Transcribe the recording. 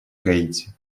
гаити